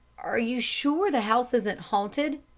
are you sure the house isn't haunted?